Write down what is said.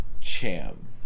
Cham